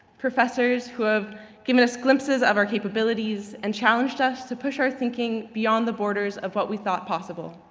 professors who have given us glimpses of our capabilities and challenged us to push our thinking beyond the borders of what we thought possible.